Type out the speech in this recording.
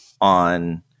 on